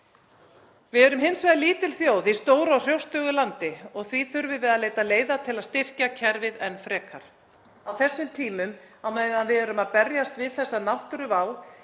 Við erum hins vegar lítil þjóð í stóru og hrjóstrugu landi og því þurfum við að leita leiða til að styrkja kerfið enn frekar. Á þessum tímum, á meðan við erum að berjast við þessa náttúruvá,